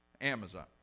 Amazon